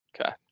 Okay